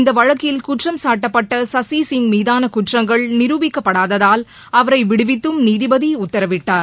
இந்த வழக்கில் குற்றம் சாட்டப்பட்ட சசி சிங் மீதான குற்றங்கள் நிருபிக்கப்படாததால் அவரை விடுவித்தும் நீதிபதி உத்தரவிட்டார்